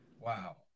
Wow